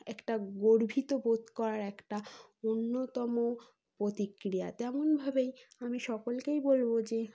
একটা গর্বিত বোধ করার একটা অন্যতম প্রতিক্রিয়া তেমনভাবেই আমি সকলকেই বলব যে